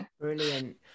Brilliant